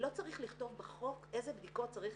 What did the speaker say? לא צריך לכתוב בחוק איזה בדיקות צריך